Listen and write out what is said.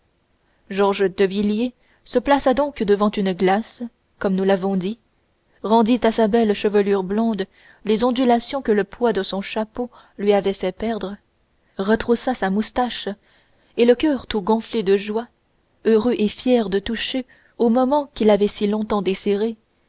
d'éblouissement georges villiers se plaça donc devant une glace comme nous l'avons dit rendit à sa belle chevelure blonde les ondulations que le poids de son chapeau lui avait fait perdre retroussa sa moustache et le coeur tout gonflé de joie heureux et fier de toucher au moment qu'il avait si longtemps désiré